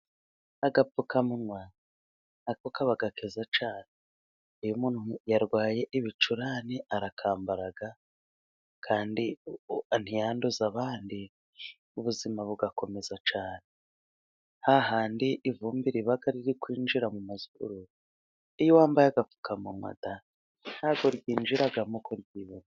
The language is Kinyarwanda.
Agapfukamunwa nako kaba keza cyane. Iyo umuntu yarwaye ibicurane arakambara， kandi ntiyanduze abandi， ubuzima bugakomeza cyane， ha handi ivumbi riba riri kwinjira mu mazuru， iyo wambaye agapfukamunwa， ntabwo ryinjiramo uko ryiboneye.